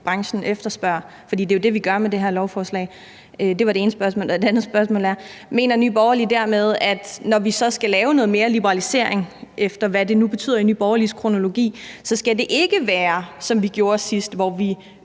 branchen efterspørger, for det er jo det, vi gør med det her lovforslag? Det var det ene spørgsmål. Det andet spørgsmål er: Mener Nye Borgerlige dermed, at det, når vi så skal lave noget mere liberalisering, hvad det så end betyder i Nye Borgerliges terminologi, så ikke skal være, som vi gjorde sidst, hvor vi